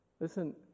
Listen